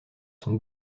sont